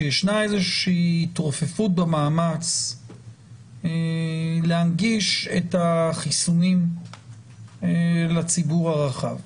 שיש איזושהי התרופפות במאמץ להנגיש את החיסונים לציבור הרחב.